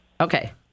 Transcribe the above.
Okay